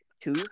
two